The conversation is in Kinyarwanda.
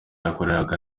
yakoreraga